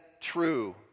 true